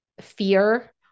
fear